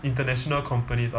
international companies or